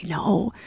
know.